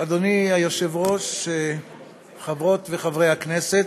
אדוני היושב-ראש, חברות וחברי הכנסת,